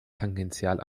tangential